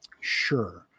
Sure